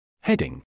Heading